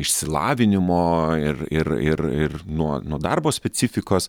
išsilavinimo ir ir ir ir nuo nuo darbo specifikos